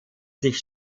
sich